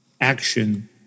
action